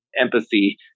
empathy